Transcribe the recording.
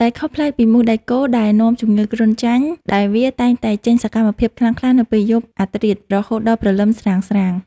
ដែលខុសប្លែកពីមូសដែកគោលដែលនាំជំងឺគ្រុនចាញ់ ដែលវាតែងតែចេញសកម្មភាពខ្លាំងក្លានៅពេលយប់អាធ្រាត្ររហូតដល់ព្រលឹមស្រាងៗ។